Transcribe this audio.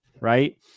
right